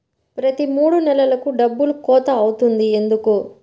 ప్రతి మూడు నెలలకు డబ్బులు కోత అవుతుంది ఎందుకు?